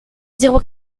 zéro